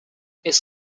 its